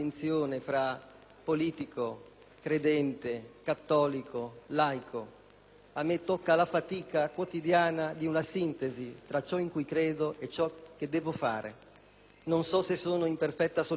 A me tocca la fatica quotidiana di una sintesi tra ciò in cui credo e ciò che devo fare. Non so se sono in perfetta solitudine, questa mattina, ma quella sintesi mi dice di volta in volta